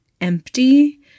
empty